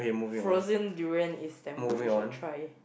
frozen durian is damn good you should try